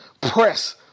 press